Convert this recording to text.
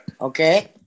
Okay